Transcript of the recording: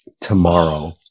tomorrow